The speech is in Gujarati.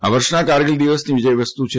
આ વર્ષના કારગીલ દિવસની વિષયવસ્તુ છે